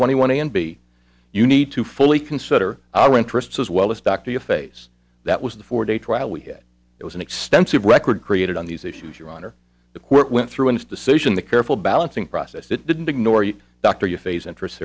twenty one a and b you need to fully consider our interests as well as dr your face that was the four day trial we had it was an extensive record created on these issues your honor the court went through in its decision the careful balancing process that didn't ignore you dr you phase interest